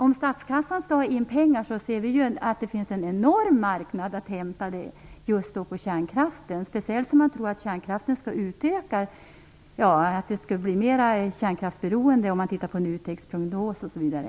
Om statskassan skall ha in pengar erbjuder just kärnkraften en enorm marknad, speciellt om man tänker sig en utökning - enligt NUTEK:s prognos skall ju kärnkraftsberoendet bli större.